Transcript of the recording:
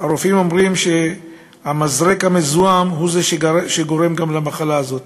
הרופאים אומרים שהמזרק המזוהם הוא שגורם גם למחלה הזאת,